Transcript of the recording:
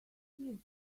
steve